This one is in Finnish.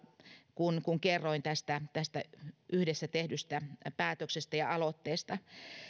kun kun kerroin tästä tästä yhdessä tehdystä päätöksestä ja aloitteesta